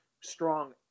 strong